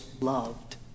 loved